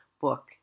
book